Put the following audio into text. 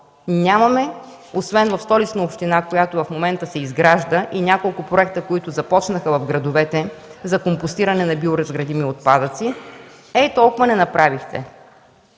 Нямаме, освен в Столична община, която в момента се изгражда, и няколко проекта, които започнаха в градовете, за компостиране на биоразградими отпадъци. Ей толкова не направихте!